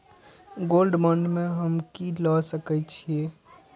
Gold bond में हम की ल सकै छियै?